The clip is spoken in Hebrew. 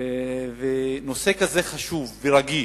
נושא כזה חשוב ורגיש,